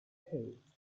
heads